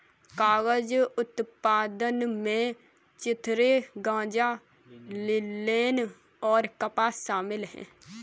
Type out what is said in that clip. कागज उत्पादन में चिथड़े गांजा लिनेन और कपास शामिल है